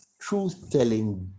truth-telling